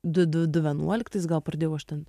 du du du vienuoliktais gal pradėjau aš ten